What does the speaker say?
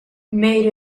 made